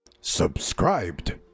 Subscribed